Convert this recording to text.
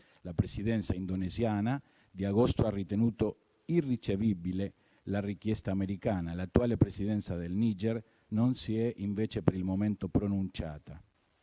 La Presidenza indonesiana di agosto ha ritenuto irricevibile la richiesta americana e l'attuale Presidenza del Niger non si è invece per il momento pronunciata.